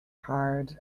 hard